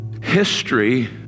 History